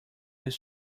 his